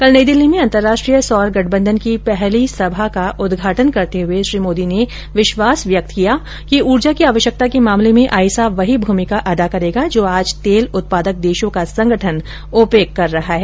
कल नई दिल्ली में अंतर्राष्ट्रीय सौर गठबंधन की पहली सभा का उद्घाटन करते हुए श्री मोदी ने विश्वास व्यक्त किया कि ऊर्जा की आवश्यकता के मामले में आइसा वही भूमिका अदा करेगा जो आज तेल उत्पादक देशों का संगठन ओपेक कर रहा है